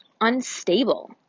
unstable